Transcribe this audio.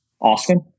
Austin